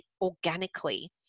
organically